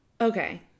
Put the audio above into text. Okay